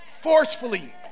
forcefully